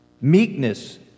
meekness